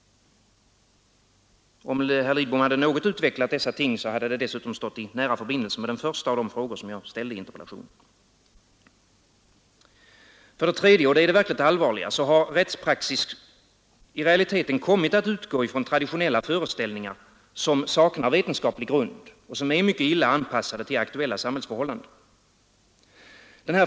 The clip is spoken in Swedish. Om herr Lidbom något hade utvecklat dessa ting hade det dessutom stått i nära förbindelse med den första av de frågor som jag ställde i interpellationen. För det tredje, och det är det verkligt allvarliga, har rättspraxis i realiteten kommit att utgå från traditionella föreställningar som saknar vetenskaplig grund och som är mycket illa anpassade till aktuella samhällsförhållanden.